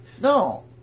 No